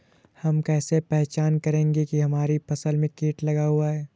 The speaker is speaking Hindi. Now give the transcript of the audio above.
हम कैसे पहचान करेंगे की हमारी फसल में कीट लगा हुआ है?